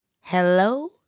hello